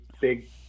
big